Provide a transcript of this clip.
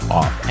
off